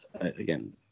again